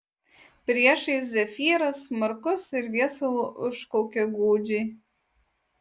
priešais zefyras smarkus ir viesulu užkaukė gūdžiai